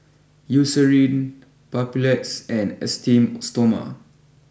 Eucerin Papulex and Esteem Stoma